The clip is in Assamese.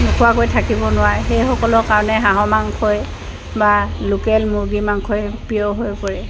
নোখোৱাকৈ থাকিব নোৱাৰে সেইসকলৰ কাৰণে হাঁহৰ মাংসই বা লোকেল মুৰ্গীৰ মাংসই প্ৰিয় হৈ পৰে